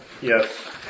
Yes